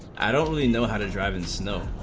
i only know how to drive and snow,